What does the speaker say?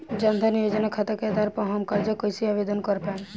जन धन योजना खाता के आधार पर हम कर्जा कईसे आवेदन कर पाएम?